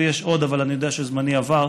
יש עוד, אבל אני יודע שזמני עבר.